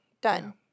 done